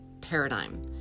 paradigm